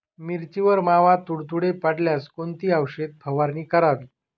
मिरचीवर मावा, तुडतुडे पडल्यास कोणती औषध फवारणी करावी?